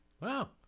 Wow